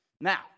Now